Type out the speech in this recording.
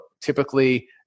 typically